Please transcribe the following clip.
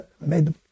made